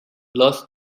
lost